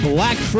Black